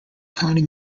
county